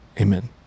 Amen